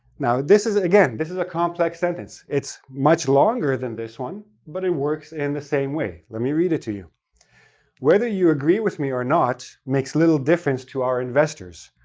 now this is, again, this is a complex sentence. it's much longer than this one, but it works in the same way. let me read it to you whether you agree with me or not makes little difference to our investors,